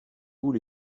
vous